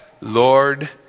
Lord